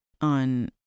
on